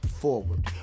forward